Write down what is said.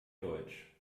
deutsch